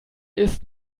ist